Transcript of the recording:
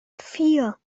vier